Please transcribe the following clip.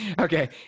okay